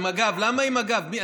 למה עם הגב?